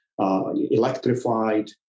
Electrified